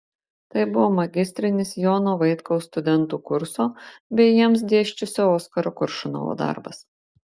tai buvo magistrinis jono vaitkaus studentų kurso bei jiems dėsčiusio oskaro koršunovo darbas